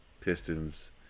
Pistons